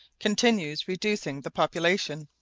continues reducing the population